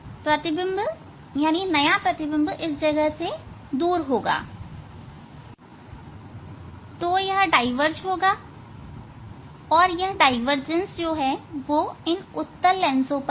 प्रतिबिंब नया प्रतिबिंब इस जगह से दूर होगा तो यह डाईवर्ज होगा यह डाईवर्जेंस इन उत्तल लेंस पर निर्भर करता है